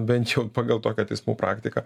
bent jau pagal tokią teismų praktiką